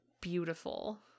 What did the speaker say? beautiful